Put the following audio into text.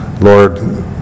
Lord